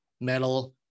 metal